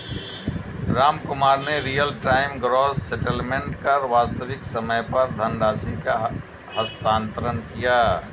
रामकुमार ने real time gross settlement कर वास्तविक समय पर धनराशि का हस्तांतरण किया